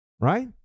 Right